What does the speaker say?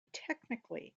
technically